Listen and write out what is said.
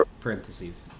Parentheses